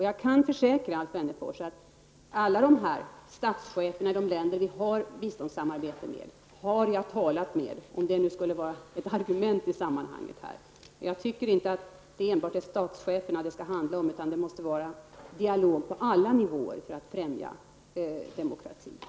Jag kan försäkra Alf Wennerfors att jag har talat med alla statscheferna i de länder vi har biståndssamarbete med, om nu det skulle vara ett argument i sammanhanget. Jag tycker inte att det enbart skall handla om statscheferna, utan det måste föras en dialog på alla nivåer för att främja demokratin.